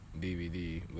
DVD